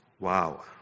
Wow